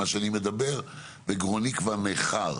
מה שאני מדבר וגרוני כבר ניחר,